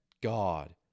God